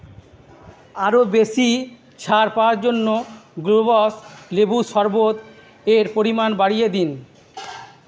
আরও বেশি ছাড় পাওয়ার জন্য গ্লুবস লেবুর শরবত এর পরিমাণ বাড়িয়ে দিন